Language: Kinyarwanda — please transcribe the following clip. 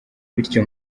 bityo